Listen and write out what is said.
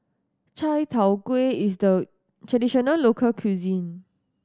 Chai Tow Kuay is a traditional local cuisine